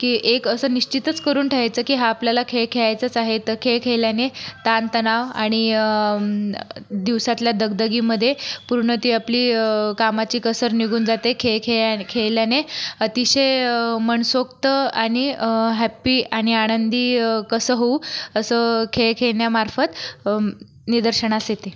की एक असं निश्चितच करून ठेवायचं की हा आपल्याला खेळ खेळायचाच आहे तर खेळ खेळल्याने ताणतणाव आणि दिवसातल्या दगदगी मध्ये पूर्ण ती आपली कामाची कसर निघून जाते खेळ खेळाने खेळल्याने अतिशय मनसोक्त आणि हॅप्पी आणि आनंदी कसं होऊ असं खेळ खेळणामार्फत निदर्शनास येते